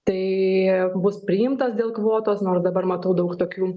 tai bus priimtas dėl kvotos nors dabar matau daug tokių